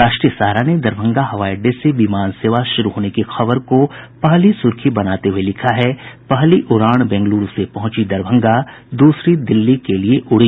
राष्ट्रीय सहारा ने दरभंगा हवाई अड्डे से विमान सेवा शुरू होने की खबर को पहली सुर्खी बनाते हुये लिखा है पहली उड़ान बेंगलुरू से पहुंची दरभंगा द्रसरी दिल्ली के लिए उड़ी